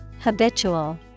Habitual